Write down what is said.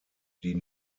die